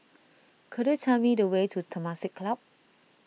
could you tell me the way to Temasek Club